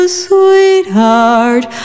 sweetheart